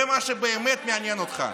זה מה שבאמת מעניין אותך.